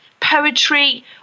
poetry